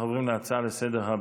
אנחנו עוברים להצעות הבאות לסדר-היום,